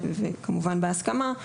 וכמובן בהסכמה,